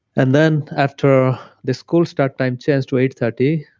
and then, after the school start time changed to eight thirty,